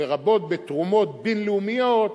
לרבות בתרומות בין-לאומיות,